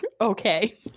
okay